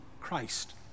Christ